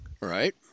Right